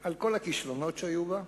על כל הכישלונות שהיו בה,